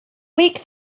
wake